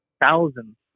thousands